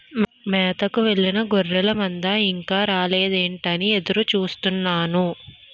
మేతకు వెళ్ళిన గొర్రెల మంద ఇంకా రాలేదేంటా అని ఎదురు చూస్తున్నాను